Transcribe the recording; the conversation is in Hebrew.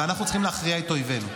ואנחנו צריכים להכריע את אויבינו,